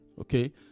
okay